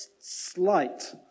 slight